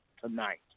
tonight